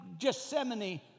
Gethsemane